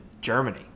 Germany